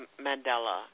Mandela